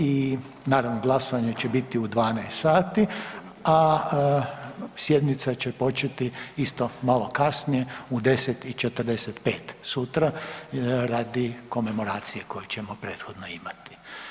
I naravno, glasovanje će biti u 12 sati a sjednica će početi isto malo kasnije, u 10 i 45, sutra radi komemoracije koju ćemo prethodno imati.